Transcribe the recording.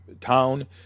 town